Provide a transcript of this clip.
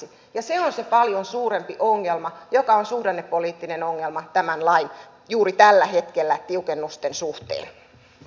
se on se paljon suurempi ongelma joka on juuri tällä hetkellä suhdannepoliittinen ongelma tämän lain tiukennusten suhteen